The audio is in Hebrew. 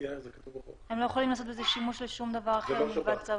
צריך להבין שהמשטרה לא עושה שימוש במידע הזה